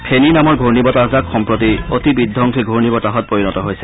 ফেনি নামৰ ঘূৰ্ণি বতাহজাক সম্প্ৰতি অতি বিধবংসী ঘূৰ্ণিবতাহত পৰিণত হৈছে